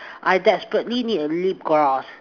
I desperately need a lip gloss